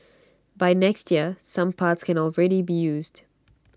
by next year some parts can already be used